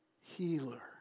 healer